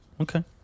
Okay